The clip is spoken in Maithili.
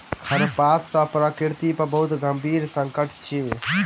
खरपात सॅ प्रकृति पर बहुत गंभीर संकट अछि